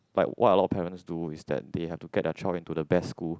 like what a lot parents do is that they had to get they child into the best school